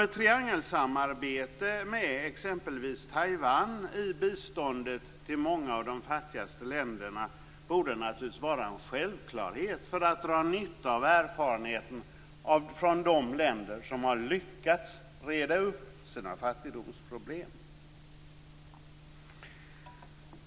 Ett triangelsamarbete med exempelvis Taiwan i biståndet till många av de fattigaste länderna borde naturligtvis vara en självklarhet. Då skulle man dra nytta av erfarenheterna från de länder som har lyckats reda ut sina fattigdomsproblem.